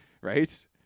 right